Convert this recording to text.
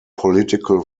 political